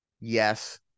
Yes